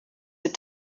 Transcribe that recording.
your